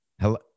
Hello